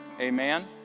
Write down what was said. Amen